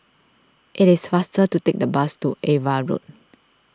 it is faster to take the bus to Ava Road